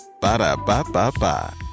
Ba-da-ba-ba-ba